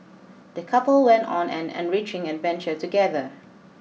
the couple went on an enriching adventure together